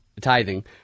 tithing